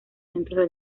centros